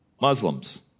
Muslims